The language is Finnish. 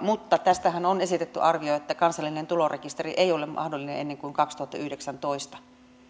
mutta tästähän on esitetty arvio että kansallinen tulorekisteri ei ole mahdollinen ennen kuin kaksituhattayhdeksäntoista